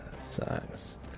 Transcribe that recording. Sucks